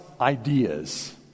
ideas